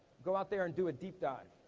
go out there and do a deep dive.